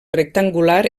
rectangular